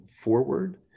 forward